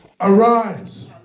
arise